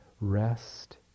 rest